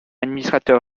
administrateur